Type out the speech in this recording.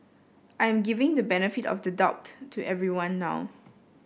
I am giving the benefit of the doubt to everyone now